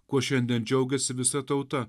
kuo šiandien džiaugiasi visa tauta